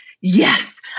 yes